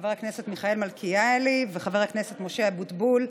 חבר הכנסת מיכאל מלכיאלי וחבר הכנסת משה אבוטבול,